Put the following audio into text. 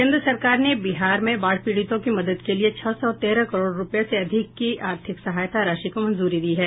केंद्र सरकार ने बिहार में बाढ़ पीड़ितों की मदद के लिए छह सौ तेरह करोड़ रूपये से अधिक की आर्थिक सहायता राशि को मंजूरी दी है